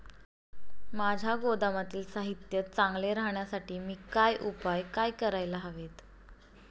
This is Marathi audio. माझ्या गोदामातील साहित्य चांगले राहण्यासाठी मी काय उपाय काय करायला हवेत?